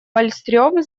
вальстрём